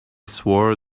swore